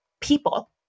people